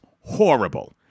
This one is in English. horrible